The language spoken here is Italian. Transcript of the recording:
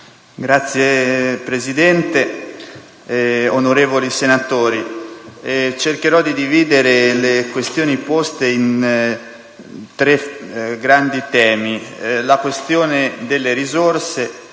Signora Presidente, onorevoli senatori, cercherò di dividere le questioni poste in tre grandi temi (la questione delle risorse;